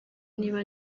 niba